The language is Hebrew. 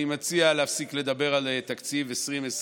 אני מציע להפסיק לדבר על תקציב 2020,